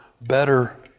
better